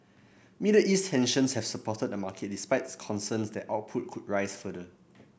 Middle East tensions have supported the market despite concerns that output could rise further